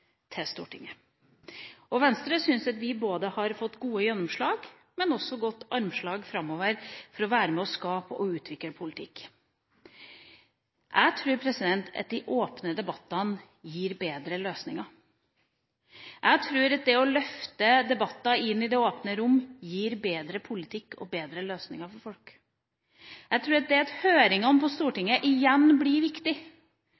til Stortinget. Venstre syns at vi har fått både gode gjennomslag og godt armslag framover for å være med å skape og utvikle politikk. Jeg tror at de åpne debattene gir bedre løsninger. Jeg tror at det å løfte debatter inn i det åpne rom gir bedre politikk og bedre løsninger for folk. Jeg tror at det at høringene på